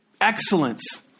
excellence